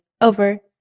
over